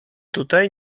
tutaj